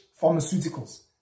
pharmaceuticals